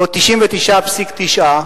או 99.9%,